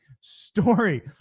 story